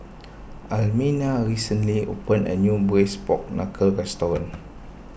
Almina recently opened a new Braised Pork Knuckle restaurant